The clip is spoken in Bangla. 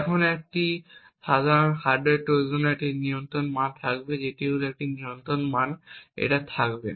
এখন একটি সাধারণ হার্ডওয়্যার ট্রোজানের এই ধরনের নিয়ন্ত্রণ থাকবে মান হল এটির একটি নিয়ন্ত্রণ মান থাকবে